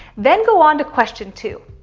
then go on to question two.